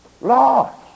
Lost